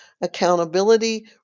accountability